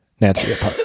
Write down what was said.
Nancy